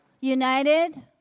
United